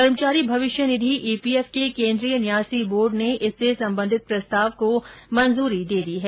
कर्मचारी भविष्य निधि ईपीएफ के केन्द्रीय न्यासी बोर्ड ने इससे संबंधित ं प्रस्ताव को मंजूरी दे दी है